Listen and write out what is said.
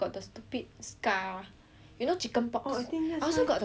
you know chicken pox I think also got the chicken pox scar eh !wah! I very angry eh